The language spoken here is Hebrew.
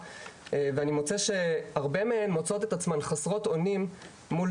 ואני מוצא שהרבה מהן מוצאות את עצמן חסרות אונים מול